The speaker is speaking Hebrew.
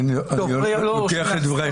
אני לוקח את דברייך.